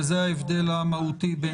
וזה ההבדל המהותי.